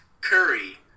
Curry